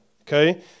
okay